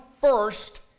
first